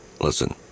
Listen